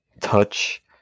touch